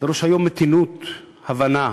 דרושות היום מתינות, הבנה,